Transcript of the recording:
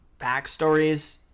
backstories